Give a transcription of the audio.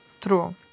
true